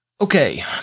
Okay